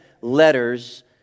letters